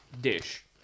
dish